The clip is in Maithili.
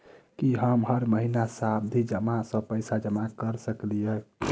की हम हर महीना सावधि जमा सँ पैसा जमा करऽ सकलिये?